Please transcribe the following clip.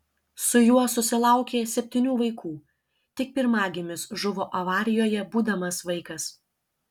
su juo susilaukė septynių vaikų tik pirmagimis žuvo avarijoje būdamas vaikas